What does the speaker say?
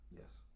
Yes